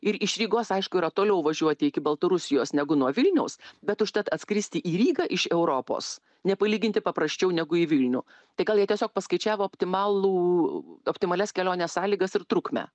ir iš rygos aišku yra toliau važiuoti iki baltarusijos negu nuo vilniaus bet užtat atskristi į rygą iš europos nepalyginti paprasčiau negu į vilnių tai gal jie tiesiog paskaičiavo optimalų optimalias kelionės sąlygas ir trukmę